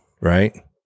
Right